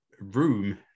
room